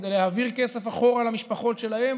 כדי להעביר כסף אחורה למשפחות שלהם,